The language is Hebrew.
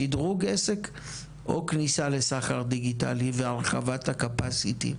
שדרוג עסק או כניסה לסחר דיגיטלי והרחבת ה-Capacity.